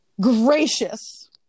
gracious